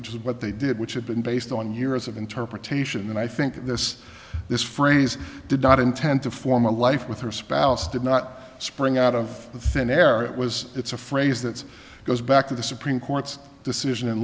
which is what they did which had been based on years of interpretation and i think this this phrase did not intend to form a life with her spouse did not spring out of the fin error it was it's a phrase that goes back to the supreme court's decision and